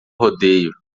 rodeio